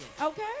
Okay